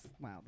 wow